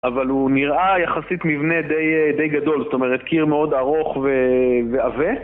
אבל הוא נראה יחסית מבנה די גדול, זאת אומרת קיר מאוד ארוך ועבה